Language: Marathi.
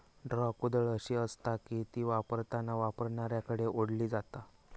ड्रॉ कुदळ अशी आसता की ती वापरताना वापरणाऱ्याकडे ओढली जाता